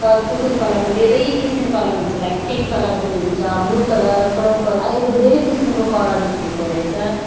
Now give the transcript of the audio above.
क कु कुन कलरमा धेरै किसिम कलरमा हुन्छ लाइक पिङ्क कलर पनि हुन्छ ब्लू कलर पर्पल अहिले त धेरै किसिमको कलर निक्लेको रैछ